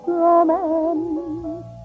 romance